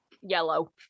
Yellow